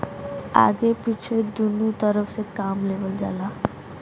आगे पीछे दुन्नु तरफ से काम लेवल जाला